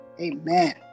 Amen